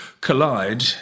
collide